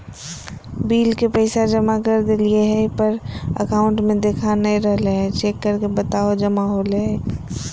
Bill के पैसा जमा कर देलियाय है पर अकाउंट में देखा नय रहले है, चेक करके बताहो जमा होले है?